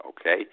okay